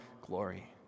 glory